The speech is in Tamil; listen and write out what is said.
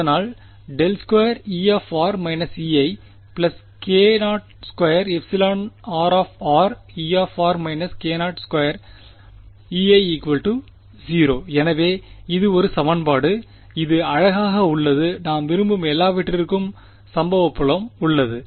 அதனால் ∇2E − Ei k0 2εrE − k0 2Ei 0 எனவே இது ஒரு சமன்பாடு இது அழகாக உள்ளது நாம் விரும்பும் எல்லாவற்றிற்கும் சம்பவம் புலம் உள்ளது